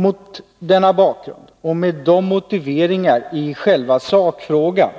Mot denna bakgrund och med de motiveringar i själva sakfrågan